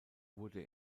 wurde